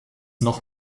noch